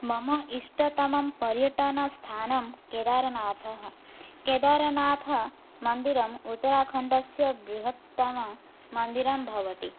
मम इष्टतमं पर्यटनस्थानं केदारनाथः केदारनाथमन्दिरं उत्तराखण्डस्य बृहत्तममन्दिरं भवति